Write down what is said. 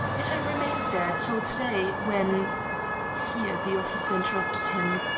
it has remained there till to-day, when here the officer interrupted him.